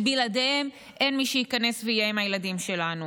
כי בלעדיהם אין מי שייכנס ויהיה עם הילדים שלנו.